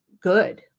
good